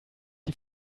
die